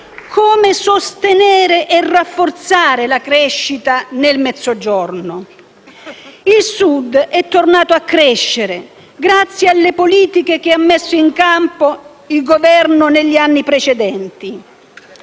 come si sostiene e si rafforza la crescita nel Mezzogiorno. Il Sud è tornato a crescere grazie alle politiche che ha messo in campo il Governo negli anni precedenti.